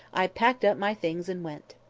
i packed up my things and went.